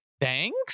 thanks